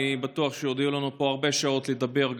אני בטוח שעוד יהיו לנו פה הרבה שעות לדבר,